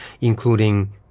including